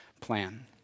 plan